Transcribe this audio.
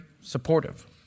supportive